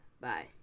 Bye